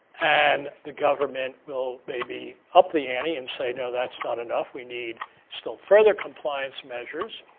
and the government will maybe up the ante and say no, that's not enough. we need still further compliance measures.